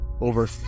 over